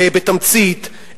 בתמצית,